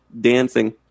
dancing